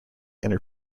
inner